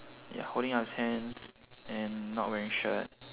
ya holding up his hands and not wearing shirt